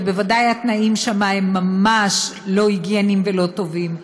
וודאי התנאים שם ממש לא הגייניים ולא טובים.